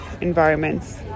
environments